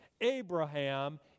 Abraham